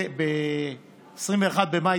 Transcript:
ב-21 במאי